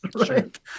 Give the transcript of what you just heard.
right